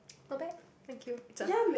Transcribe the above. not bad thank you